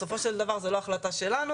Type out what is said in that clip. בסופו של דבר זו לא החלטה שלנו.